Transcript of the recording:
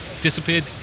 disappeared